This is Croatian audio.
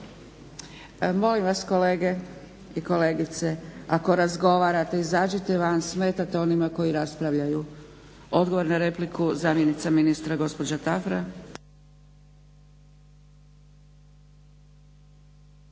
Molim vas kolegice i kolege ako razgovarate izađite van, smetate onima koji raspravljaju. Odgovor na repliku zamjenica ministra gospođa Tafra.